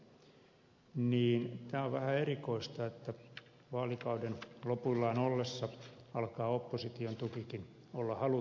tämä on vähän erikoista että vaalikauden lopuillaan ollessa alkaa opposition tukikin olla haluttua